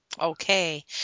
Okay